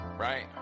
Right